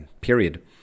period